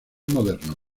modernos